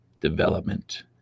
development